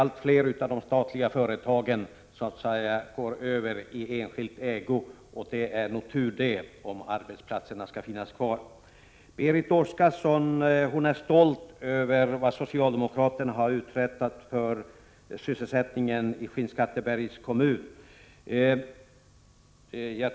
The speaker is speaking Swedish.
Allt fler av de statliga företagen går över i enskild ägo, och om arbetsplatserna skall finnas kvar är det nog bra att så sker. Berit Oscarsson är stolt över vad socialdemokraterna har uträttat för sysselsättningen i Skinnskattebergs kommun.